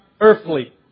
earthly